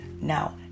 now